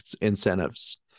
incentives